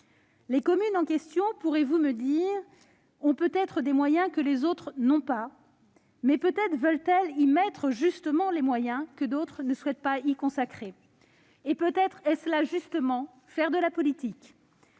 Les communes en question, me direz-vous, disposent peut-être de moyens que les autres n'ont pas. Mais peut-être veulent-elles justement mettre les moyens que d'autres ne souhaitent pas y consacrer. Et peut-être est-ce cela justement faire de la politique ?